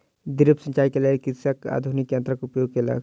drip सिचाई के लेल कृषक आधुनिक यंत्रक उपयोग केलक